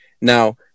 Now